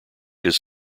his